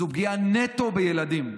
זו פגיעה נטו בילדים.